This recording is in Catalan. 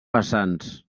vessants